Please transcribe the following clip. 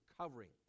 covering